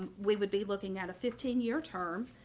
we would be looking at a fifteen year term,